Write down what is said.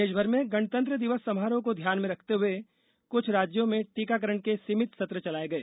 देश भर में गणतंत्र दिवस समारोह को ध्यान में रखते हुए कुछ राज्यों में टीकाकरण के सीमित सत्र चलाए गए